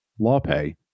LawPay